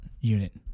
unit